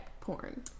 porn